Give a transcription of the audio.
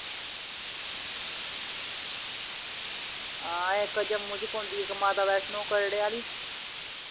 हां इक जम्मू च पौंदी इक माता वैश्णों कटरे आह्ली